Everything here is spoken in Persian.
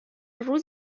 روز